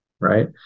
right